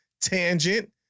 tangent